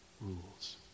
rules